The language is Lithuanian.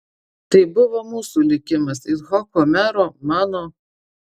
tai buvo mūsų likimas icchoko mero mano